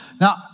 Now